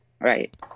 Right